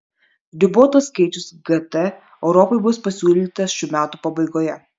ribotas skaičius gt europai bus pasiūlytas šių metų pabaigoje